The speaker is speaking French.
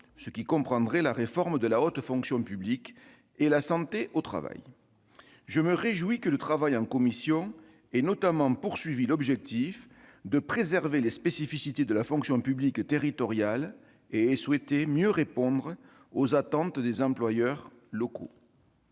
ce qui comprendrait la réforme de la haute fonction publique, et la santé au travail. Je me réjouis que le travail en commission ait notamment eu pour objectif de préserver les spécificités de la fonction publique territoriale et de mieux répondre aux attentes des employeurs locaux.